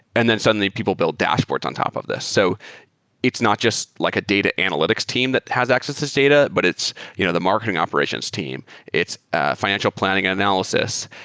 and then suddenly people built dashboards on top of this. so it's not just like a data analytics team that has access to this data, but it's you know the marketing operations team, it's ah fi nancial planning and analysis,